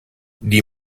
die